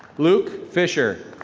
luke fischer.